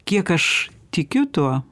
kiek aš tikiu tuo